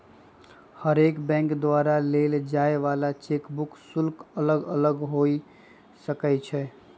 हरेक बैंक द्वारा लेल जाय वला चेक बुक शुल्क अलग अलग हो सकइ छै